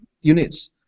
units